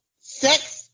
sex